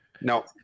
No